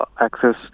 access